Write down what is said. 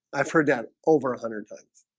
i've heard that over a hundred votes